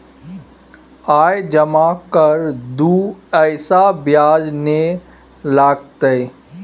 आय जमा कर दू ऐसे ब्याज ने लगतै है?